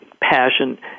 passion